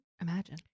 Imagine